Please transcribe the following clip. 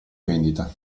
vendita